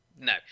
No